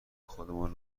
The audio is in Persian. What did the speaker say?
خودمان